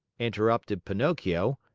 interrupted pinocchio,